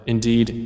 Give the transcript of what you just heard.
Indeed